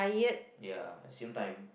ya same time